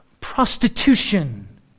prostitution